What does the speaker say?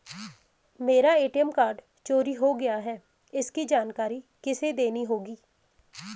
मेरा ATM card चोरी हो गया है इसकी जानकारी किसे देनी होगी?